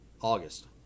August